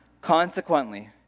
Consequently